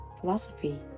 philosophy